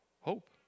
hope